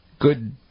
Good